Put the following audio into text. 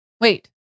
Wait